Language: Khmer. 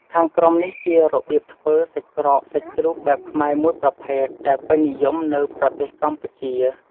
ខាងក្រោមនេះ ជារបៀបធ្វើសាច់ក្រកសាច់ជ្រូកបែបខ្មែរមួយប្រភេទ ដែលពេញនិយមនៅប្រទេសកម្ពុជា។